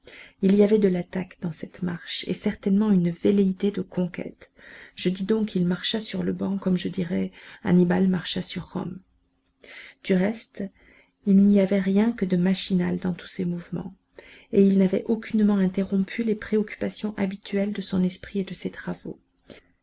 il y avait de l'attaque dans cette marche et certainement une velléité de conquête je dis donc il marcha sur le banc comme je dirais annibal marcha sur rome du reste il n'y avait rien que de machinal dans tous ses mouvements et il n'avait aucunement interrompu les préoccupations habituelles de son esprit et de ses travaux